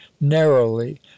narrowly